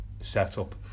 setup